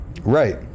Right